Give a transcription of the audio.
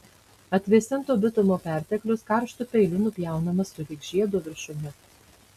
atvėsinto bitumo perteklius karštu peiliu nupjaunamas sulig žiedo viršumi